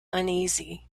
uneasy